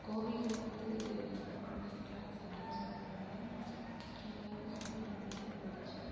கோவிட்ல வந்து online class அப்படின்னு சொன்னதுனால எல்லாருக்குமே வந்து ரொம்ப ஈஸியாக போயிடுச்சு